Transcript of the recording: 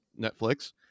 Netflix